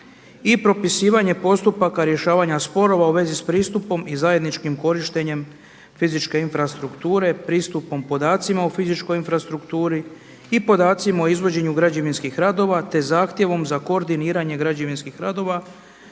i propisivanje postupaka rješavanja sporova u vezi s pristupom i zajedničkim korištenjem fizičke infrastrukture, pristupom podacima o fizičkoj infrastrukturi i podacima o izvođenju građevinskih radova te zahtjevom za koordiniranje građevinskih radova